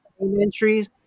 entries